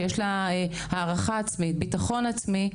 שיש לה הערכה עצמית וביטחון עצמי,